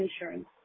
insurance